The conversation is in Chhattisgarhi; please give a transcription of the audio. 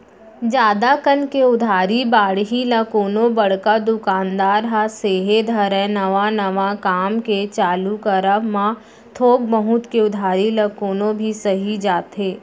जादा कन के उधारी बाड़ही ल कोनो बड़का दुकानदार ह सेहे धरय नवा नवा काम के चालू करब म थोक बहुत के उधारी ल कोनो भी सहि जाथे